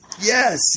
Yes